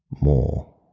more